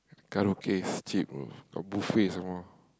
karaoke cheap oh got buffet some more